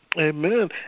amen